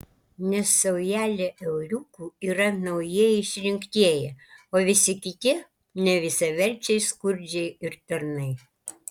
nes saujelė euriukų yra naujieji išrinktieji o visi kiti nevisaverčiai skurdžiai ir tarnai